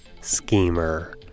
schemer